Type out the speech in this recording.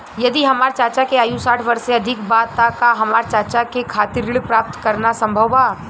यदि हमार चाचा के आयु साठ वर्ष से अधिक बा त का हमार चाचा के खातिर ऋण प्राप्त करना संभव बा?